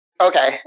Okay